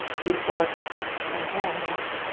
beautiful work, got a hair in my mouth.